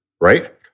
right